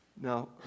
Now